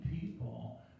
people